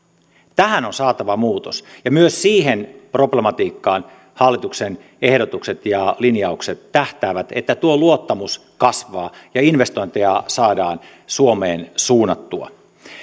tähän on saatava muutos ja myös siihen problematiikkaan hallituksen ehdotukset ja linjaukset tähtäävät että tuo luottamus kasvaa ja investointeja saadaan suomeen suunnattua